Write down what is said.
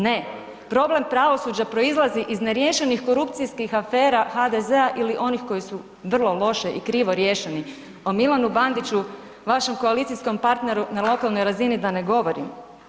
Ne, problem pravosuđa proizlazi iz neriješenih korupcijskih afera HDZ-a ili onih koji su vrlo loše ili krivo riješeni, o Milanu Bandiću vašem koalicijskom partneru na lokalnoj razini da ne govorim.